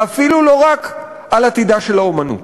ואפילו לא רק על עתידה של האמנות.